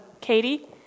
Katie